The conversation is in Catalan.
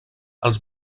els